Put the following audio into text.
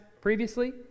previously